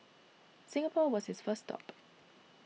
Singapore was his first stop